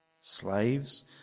slaves